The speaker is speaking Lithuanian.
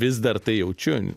vis dar tai jaučiu